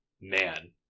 man